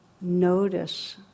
notice